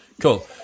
Cool